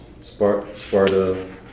Sparta